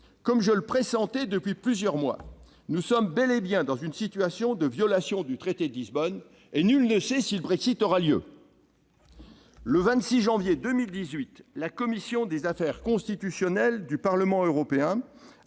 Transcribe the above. comme je le pressentais depuis plusieurs mois, nous sommes bel et bien dans une situation de violation du traité de Lisbonne, et nul ne sait si le Brexit aura lieu. Le 26 janvier 2018, la commission des affaires constitutionnelles du Parlement européen